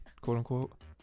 quote-unquote